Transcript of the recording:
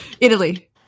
italy